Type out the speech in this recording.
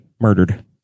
murdered